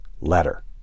letter